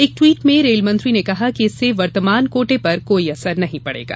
एक टवीट में रेलमंत्री ने कहा कि इससे वर्तमान कोटे पर कोई असर नहीं पड़ेगा